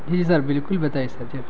جی جی سر بالکل بتائیے سر جو